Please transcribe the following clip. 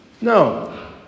No